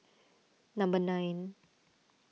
number nine